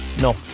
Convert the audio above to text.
No